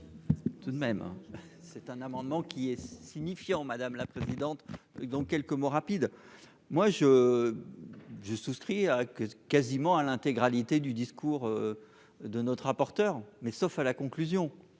tout de même. Un amendement qui est signifiant, madame la présidente dans quelques mots rapides, moi je, je souscris à que quasiment à l'intégralité du discours de notre rapporteur, mais sauf à la conclusion,